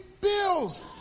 bills